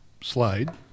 slide